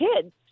kids